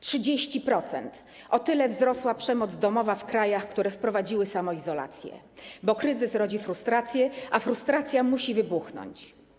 30% - o tyle wzrosła przemoc domowa w krajach, które wprowadziły samoizolację, bo kryzys rodzi frustrację, a frustracja musi wybuchnąć.